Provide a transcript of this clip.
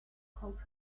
clocks